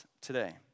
today